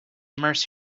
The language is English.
immerse